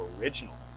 original